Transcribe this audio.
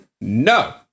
no